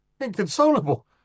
Inconsolable